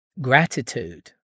Gratitude